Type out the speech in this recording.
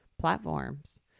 platforms